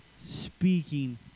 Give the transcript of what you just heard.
speaking